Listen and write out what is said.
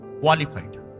Qualified